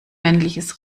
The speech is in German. männliches